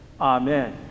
amen